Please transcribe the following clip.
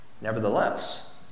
Nevertheless